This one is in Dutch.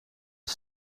een